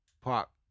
pop